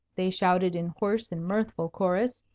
they shouted in hoarse and mirthful chorus,